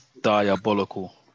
diabolical